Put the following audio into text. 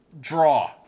Draw